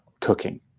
cooking